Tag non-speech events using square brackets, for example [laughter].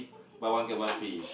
[noise] buy one get one free